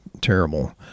terrible